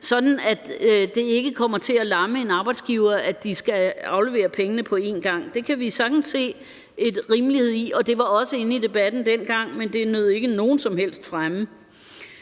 sådan at det ikke kommer til at lamme en arbejdsgiver, at de skal aflevere pengene på en gang. Det kan vi sagtens se en rimelighed i, og det var også inde i debatten dengang, men det nød ikke nogen som helst fremme.